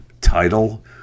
title